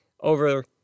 over